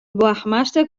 boargemaster